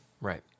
Right